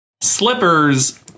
slippers